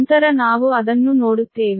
ನಂತರ ನಾವು ಅದನ್ನು ನೋಡುತ್ತೇವೆ